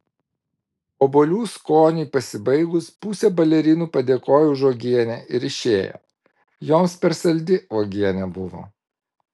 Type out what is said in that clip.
obuolių skoniui pasibaigus pusė balerinų padėkojo už uogienę ir išėjo joms per saldi uogienė buvo